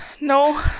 No